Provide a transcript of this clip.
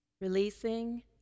releasing